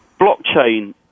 Blockchain